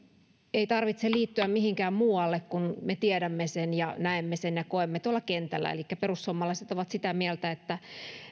ei tarvitse liittyä mihinkään muualle kun me tiedämme sen ja näemme sen ja koemme tuolla kentällä elikkä perussuomalaiset ovat sitä mieltä että